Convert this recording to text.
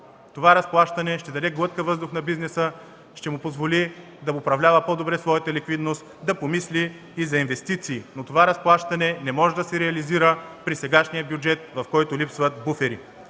това разплащане ще даде глътка въздух на бизнеса, ще му позволи да управлява по-добре своята ликвидност, да помисли и за инвестиции. Но това разплащане не може да се реализира при сегашния бюджет, в който лисват буфери.